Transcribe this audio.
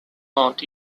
not